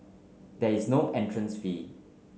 there is no entrance fee